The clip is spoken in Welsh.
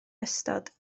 ystod